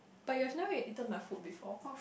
but you've never eaten my food before